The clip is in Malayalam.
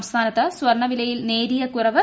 സംസ്ഥാനത്ത് സ്വർണ്ണവിലയിൽ അന്ന്രിയ് കുറവ്